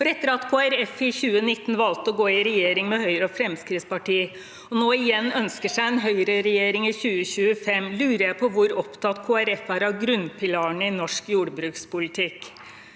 Folkeparti i 2019 valgte å gå i regjering med Høyre og Fremskrittspartiet, og nå igjen ønsker seg en høyreregjering i 2025, lurer jeg på hvor opptatt Kristelig Folkeparti er av grunnpilarene i norsk jordbrukspolitikk.